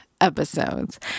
episodes